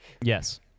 Yes